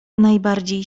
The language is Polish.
najbardziej